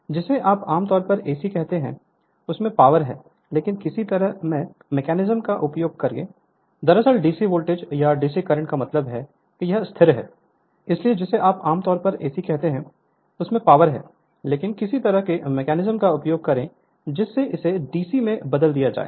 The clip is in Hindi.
इसलिए जिसे आप आम तौर पर AC कहते हैं उसमें पावर है लेकिन किसी तरह के मेकैनिज्म का उपयोग करें जिससे इसे डीसी में बदल दिया जाए